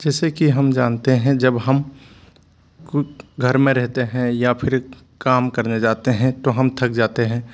जैसे कि हम जानते हैं जब हम ख़ुद घर में रहेते हैं या फिर काम करने जाते हैं तो हम थक जाते हैं